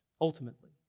ultimately